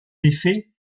effet